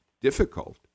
difficult